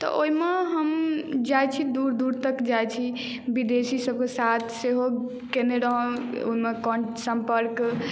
तऽ ओहि मे हम जाइ छी दूर दूर तक जाइ छी विदेशी सबके साथ सेहो कयने रहौं ओहिमे सम्पर्क